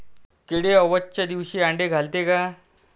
किडे अवसच्या दिवशी आंडे घालते का?